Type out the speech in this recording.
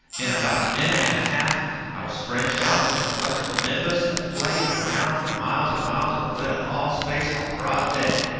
in about a minute and a half i was fringed out with an electrical nimbus that flamed around for miles and miles and lit up all space like broad day.